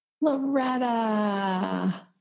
Loretta